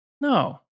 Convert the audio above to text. no